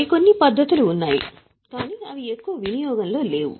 మరికొన్ని పద్ధతులు ఉన్నాయి కానీ అవి ఎక్కువ వినియోగంలో లేవు